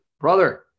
brother